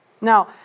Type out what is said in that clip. Now